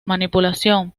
manipulación